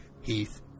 Heath